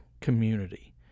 community